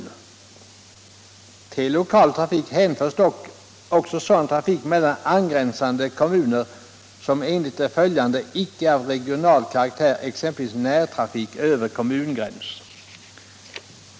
Men till lokal trafik hänförs även sådan trafik mellan angränsande kommuner som inte är av regional karaktär, exempelvis närtrafik över kommungräns.